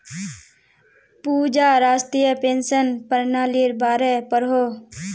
पूजा राष्ट्रीय पेंशन पर्नालिर बारे पढ़ोह